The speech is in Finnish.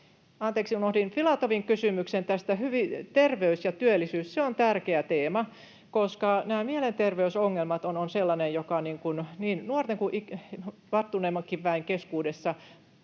Anteeksi, unohdin Filatovin kysymyksen. Terveys ja työllisyys, se on tärkeä teema, koska mielenterveysongelmat tuntuvat niin nuorten kuin varttuneemmankin väen keskuudessa